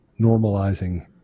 normalizing